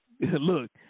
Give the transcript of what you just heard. look